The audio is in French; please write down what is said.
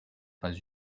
pas